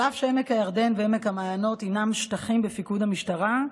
אף שעמק הירדן ועמק המעיינות הינם שטחים בפיקוד המשטרה,